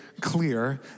clear